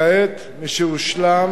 כעת, משהושלם,